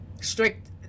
strict